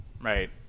right